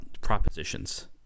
propositions